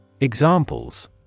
Examples